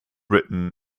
written